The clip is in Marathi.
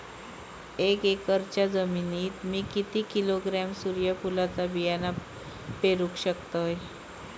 एक एकरच्या जमिनीत मी किती किलोग्रॅम सूर्यफुलचा बियाणा पेरु शकतय?